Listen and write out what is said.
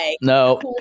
no